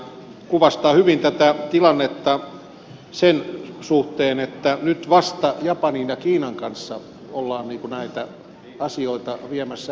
kuvastaa hyvin tätä tilannetta se että nyt vasta japanin ja kiinan kanssa ollaan näitä asioita viemässä eteenpäin